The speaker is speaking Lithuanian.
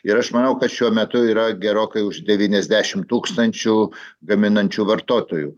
ir aš manau kad šiuo metu yra gerokai už devyniasdešim tūkstančių gaminančių vartotojų